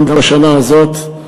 גם בשנה הזאת,